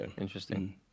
interesting